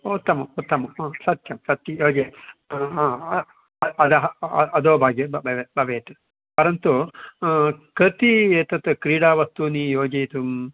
उत्तमम् उत्तमं ह सत्यं सत्यं योजयतु ह ह अधः अधोभागे भवेत् परन्तु कति एतत् क्रीडा वस्तूनि योजयितुं